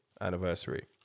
Anniversary